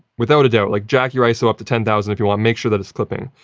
without a doubt, like jack your iso up to ten thousand if you want. make sure that it's clipping.